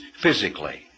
physically